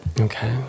Okay